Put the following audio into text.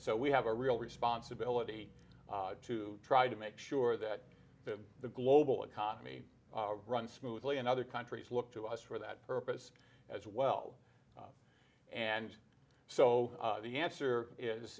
so we have a real responsibility to try to make sure that the the global economy runs smoothly and other countries look to us for that purpose as well and so the answer is